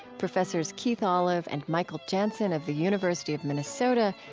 professors keith olive and michel janssen of the university of minnesota,